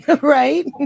Right